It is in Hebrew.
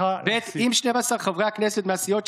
לאזרחים אפשרות לפרוס את הקניות,